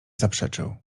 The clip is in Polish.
zaprzeczył